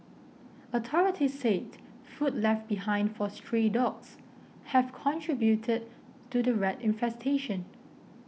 authorities said food left behind for stray dogs have contributed to the rat infestation